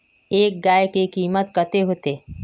एक गाय के कीमत कते होते?